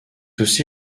aussi